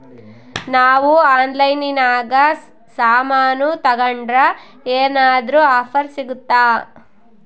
ನಾವು ಆನ್ಲೈನಿನಾಗ ಸಾಮಾನು ತಗಂಡ್ರ ಏನಾದ್ರೂ ಆಫರ್ ಸಿಗುತ್ತಾ?